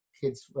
kids